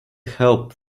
help